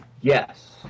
Yes